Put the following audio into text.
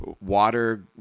water